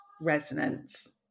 resonance